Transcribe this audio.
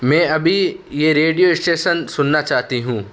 میں ابھی یہ ریڈیو اسٹیسن سننا چاہتی ہوں